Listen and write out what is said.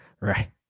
Right